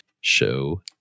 show